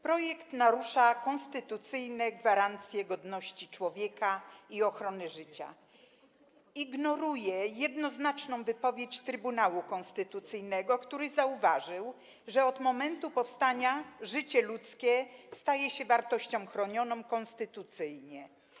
Projekt narusza konstytucyjne gwarancje godności człowieka i ochrony życia, ignoruje jednoznaczną wypowiedź Trybunału Konstytucyjnego, który zauważył, że od momentu powstania życie ludzkie staje się wartością chronioną konstytucyjnie.